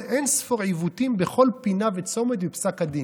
אין-ספור עיוותים בכל פינה וצומת בפסק הדין.